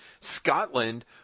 Scotland